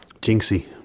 Jinxie